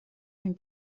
une